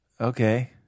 okay